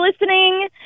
listening